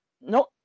no